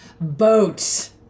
Boats